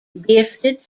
gifted